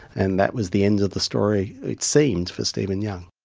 and that was the end of the story, it seemed, for stephen young.